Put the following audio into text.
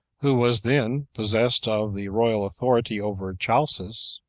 who was then possessed of the royal authority over chalcis,